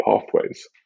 pathways